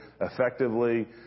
effectively